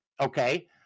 okay